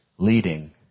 Leading